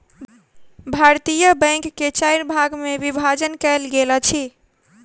भारतीय बैंक के चाइर भाग मे विभाजन कयल गेल अछि